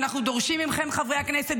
ואנחנו דורשים מכם חברי הכנסת,